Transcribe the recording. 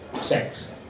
sex